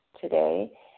today